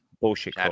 Bullshit